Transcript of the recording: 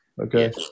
Okay